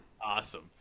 Awesome